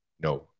No